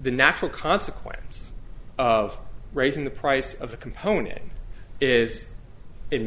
the natural consequence of raising the price of a component is in